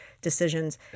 decisions